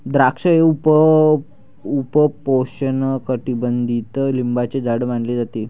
द्राक्षे हे उपोष्णकटिबंधीय लिंबाचे झाड मानले जाते